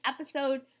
episode